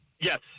Yes